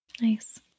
Nice